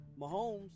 Mahomes